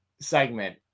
segment